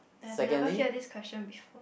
I've never hear this question before